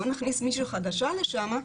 בואו נכניס מישהי חדשה לשם,